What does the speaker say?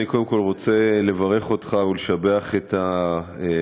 אני קודם כול רוצה לברך אותך ולשבח את היישום